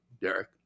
Derek